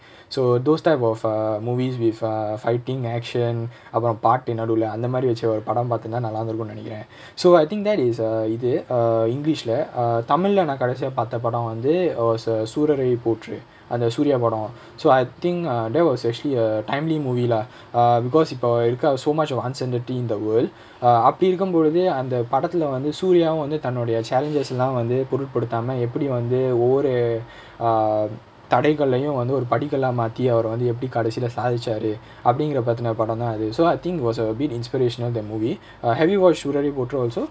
so those types of uh movies with uh fighting action அப்புறம் பாட்டு நடுவுல அந்தமாரி வச்ச ஒரு படோ பாத்தேனா நல்லா இருந்திகுனு நினைக்குறேன்:appuram paattu naduvula anthamaari vacha oru pado paathaenaa nallaa irunthikkunu ninaikkuraen so I think that is err இது:ithu err english lah ah tamil lah நா கடைசியா பாத்த படோ வந்து:naa kadaisiyaa paatha pado vanthu oh is a sooraraipotru அந்த:antha suriya படோ:pado so I think err that was a actually timely movie lah uh because இப்ப இருக்க:ippa irukka so much uncertainty in the world err அப்டி இருக்கும் பொழுது அந்த படத்துல வந்து:apdi irukkum poluthu antha padathula vanthu suriya uh வந்து தன்னோடய:vanthu thannodaya challenges lah வந்து பொருட்படுத்தாம எப்டி வந்து ஒவ்வொரு:vanthu porutpaduthaama epdi vanthu ovvoru err தடைகளையும் ஒரு படிகல்லா மாத்தி அவரு வந்து எப்டி கடைசில சாதிச்சாரு அப்டிங்குறத பத்தின படதா அது:thadaikalayum oru padikalla maathi avaru vanthu epdi kadaisila saathicharu apdinguratha pathina padatha athu so I think it was a bit inspiration that movie uh have you watched sooraraipotru also